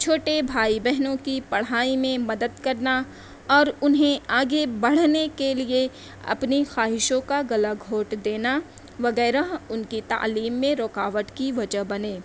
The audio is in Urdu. چھوٹے بھائی بہنوں کی پڑھائی میں مدد کرنا اور انہیں آگے بڑھنے کے لئے اپنی خواہشوں کا گلا گھونٹ دینا وغیرہ ان کی تعلیم میں رکاوٹ کی وجہ بنے